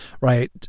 right